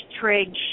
Trade